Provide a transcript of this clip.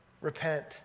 Repent